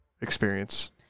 experience